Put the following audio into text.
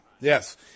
Yes